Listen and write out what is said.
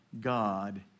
God